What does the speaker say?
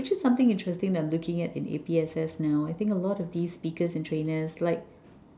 which is something interesting that I'm looking at in A_P_S_S now I think a lot of these speakers and trainers like